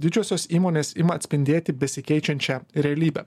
didžiosios įmonės ima atspindėti besikeičiančią realybę